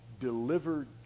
delivered